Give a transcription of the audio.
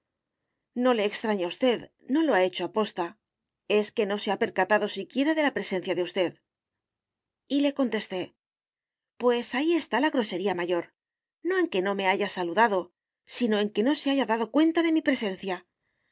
no le extrañe a usted no lo ha hecho a posta es que no se ha percatado siquiera de la presencia de usted y le contesté pues ahí está la grosería mayor no en que no me haya saludado sino en que no se haya dado cuenta de mi presencia